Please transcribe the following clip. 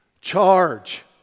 Charge